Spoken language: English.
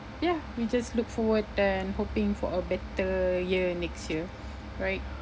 ya we just look forward and hoping for a better year next year right